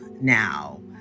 now